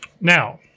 Now